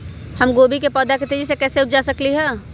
हम गोभी के पौधा तेजी से कैसे उपजा सकली ह?